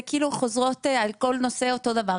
הן כתוביות שחוזרות על כל נושא אותו הדבר,